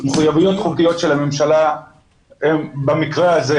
מחויבויות חוקיות של הממשלה הן במקרה הזה,